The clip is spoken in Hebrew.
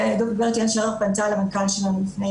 אלא הגברת יעל שרר פנתה למנכ"ל שלנו לפני